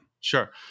Sure